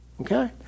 Okay